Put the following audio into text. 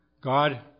God